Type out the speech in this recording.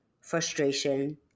frustration